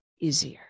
easier